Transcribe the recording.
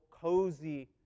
cozy